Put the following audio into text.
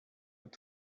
with